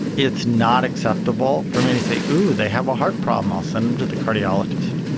it's not acceptable for me to say, oh, they have a heart problem, i'll send them to the cardiologist.